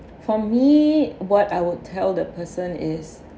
for me what I would tell the person is